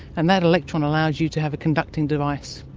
and that electron allows you to have a conducting device.